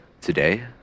Today